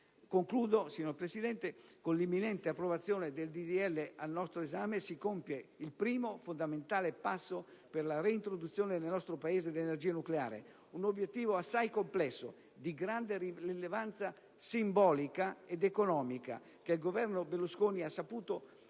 conclusione, con l'imminente approvazione del disegno di legge al nostro esame si compie il primo fondamentale passo per la reintroduzione nel nostro Paese dell'energia nucleare, un obiettivo assai complesso, di grande rilevanza simbolica ed economica, che il Governo Berlusconi ha saputo